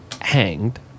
hanged